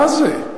מה זה?